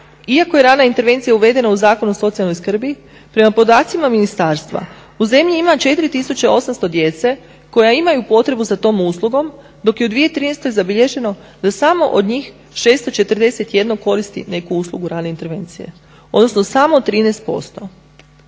Iako je rana intervencija uvedena u Zakonu o socijalnoj skrbi prema podacima ministarstva u zemlji ima 4,800 djece koja imaju potrebu za tom uslugom, dok je u 2013.zabilježeno da samo od njih 641 koristi neku uslugu rane intervencije odnosno samo 13%.